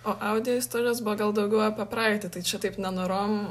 o audio istorijos buvo gal daugiau apie praeitį tai čia taip nenorom